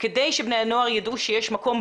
כמו שרים אמרה,